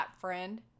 friend